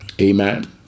Amen